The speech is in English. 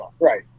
Right